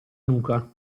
nuca